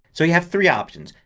so you have three options.